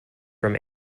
from